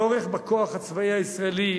הצורך בכוח הצבאי הישראלי